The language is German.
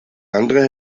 andere